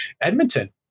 Edmonton